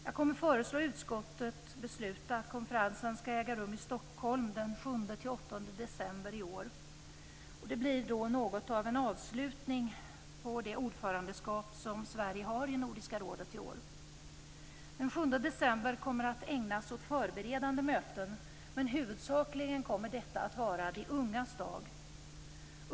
Jag kommer att föreslå utskottet att konferensen skall äga rum i Stockholm den 7-8 december i år, och det blir då något av en avslutning på det ordförandeskap som Sverige har i Nordiska rådet i år. Den 7 december kommer att ägnas åt förberedande möten, men huvudsakligen kommer detta att vara de ungas dag.